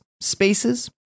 Spaces